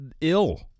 ill